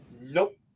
Nope